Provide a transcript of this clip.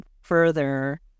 further